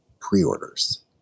pre-orders